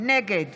נגד